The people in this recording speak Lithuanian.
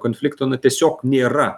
konflikto na tiesiog nėra